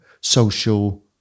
social